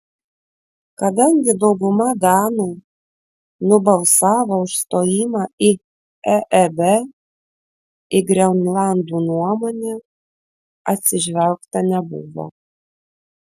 kadangi dauguma danų nubalsavo už stojimą į eeb į grenlandų nuomonę atsižvelgta nebuvo